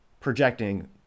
projecting